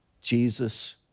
Jesus